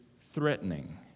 threatening